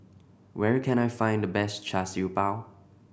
where can I find the best Char Siew Bao